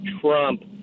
Trump